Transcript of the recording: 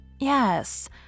Yes